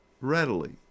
readily